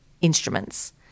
instruments